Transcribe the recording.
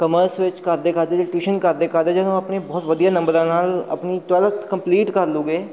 commerce ਵਿੱਚ ਕਰਦੇ ਕਰਦੇ ਟਿਊਸ਼ਨ ਕਰਦੇ ਕਰਦੇ ਜਦੋਂ ਉਹ ਆਪਣੇ ਬਹੁਤ ਵਧੀਆ ਨੰਬਰਾਂ ਨਾਲ ਆਪਣੀ ਟਵੈਲਥ ਕੰਪਲੀਟ ਕਰ ਲੂਗੇ